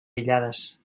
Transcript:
aïllades